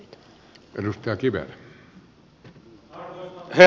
arvoisa herra puhemies